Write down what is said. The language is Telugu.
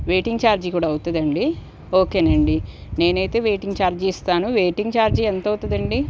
వెయిటింగ్ చార్జి కూడా అవుతుందండి ఓకేనండి నేనైతే వెయిటింగ్ చార్జి ఇస్తాను వెయిటింగ్ చార్జి ఎంత అవుతుందండి